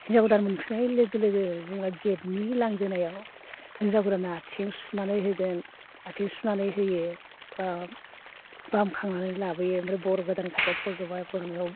हिनजाव गोदान मोनफैनाय लोगो लोगो जेनेबा गेटनि लांगोनायाव हिनजाव गोदाना आथिं सुनानै होगोन आथिं सुनानै होयो बा बामखांनानै लाबोयो ओमफ्राय बर गोदाननि खाथियाव फज'बाय फज'नायाव